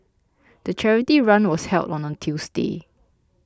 the charity run was held on a Tuesday